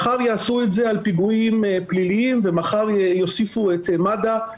מחר יעשו את זה על פיגועים פליליים ואחר כך יוסיפו את מד"א.